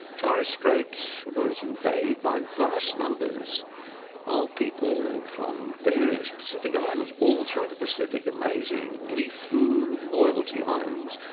torres straits was invaded by vast numbers of people from various pacific islands, all through the pacific, amazing, lifu, loyalty islands,